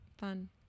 fun